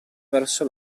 verso